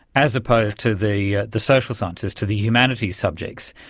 as opposed to the the social sciences, to the humanities subjects.